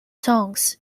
songs